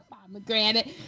pomegranate